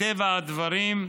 מטבע הדברים,